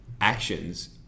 actions